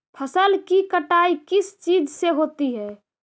फसल की कटाई किस चीज से होती है?